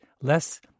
less